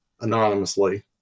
anonymously